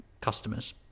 customers